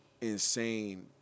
insane